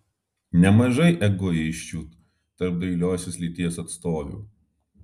nemažai egoisčių tarp dailiosios lyties atstovių